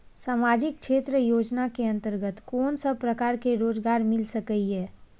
सामाजिक क्षेत्र योजना के अंतर्गत कोन सब प्रकार के रोजगार मिल सके ये?